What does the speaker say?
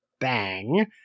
Bang